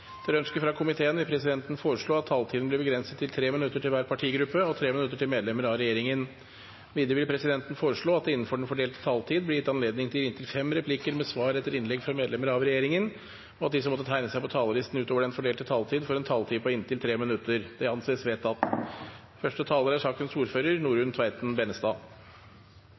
vil presidenten foreslå at taletiden blir begrenset til 3 minutter til hver partigruppe og 3 minutter til medlemmer av regjeringen. Videre vil presidenten foreslå at det – innenfor den fordelte taletid – blir gitt anledning til inntil fem replikker med svar etter innlegg fra medlemmer av regjeringen, og at de som måtte tegne seg på talerlisten utover den fordelte taletid, får en taletid på inntil 3 minutter. – Det anses vedtatt. Jeg vil takke komiteen for et godt arbeid, og jeg er